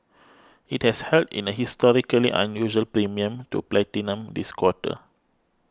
it has held in a historically unusual premium to platinum this quarter